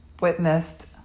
witnessed